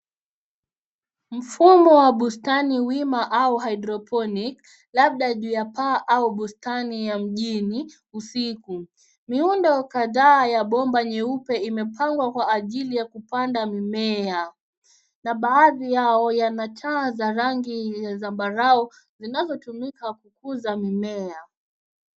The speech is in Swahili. Mfumo wa bustani wima au cs[hydroponic]cs labda juu ya paa au bustani ya mjini usiku. Miundo kadhaa ya bomba nyeupe imepangwa kwa ajili ya kupanda mimea. Na baadhi yao yana taa za rangi ya zamabarau yanayotumika kukuza mimea.